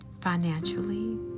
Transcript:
financially